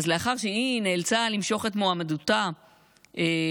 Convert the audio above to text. אז לאחר שהיא נאלצה למשוך את מועמדותה לתפקיד